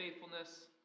faithfulness